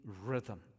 rhythm